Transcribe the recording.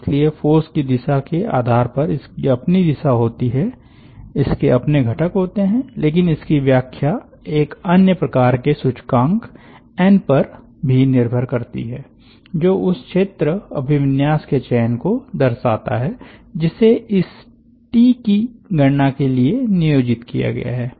इसलिए फ़ोर्स की दिशा के आधार पर इसकी अपनी दिशा होती है इसके अपने घटक होते हैं लेकिन इसकी व्याख्या एक अन्य प्रकार के सूचकांक एन पर भी निर्भर करती है जो उस क्षेत्र अभिविन्यास के चयन को दर्शाता है जिसे इस टी की गणना के लिए नियोजित किया गया है